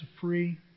free